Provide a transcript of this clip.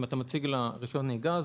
אם אתה מציג לה רישיון נהיגה,